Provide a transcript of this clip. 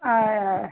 हय हय